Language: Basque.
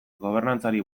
gobernantzari